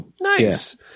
Nice